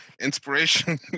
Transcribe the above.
inspiration